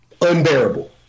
unbearable